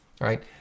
right